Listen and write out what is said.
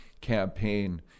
campaign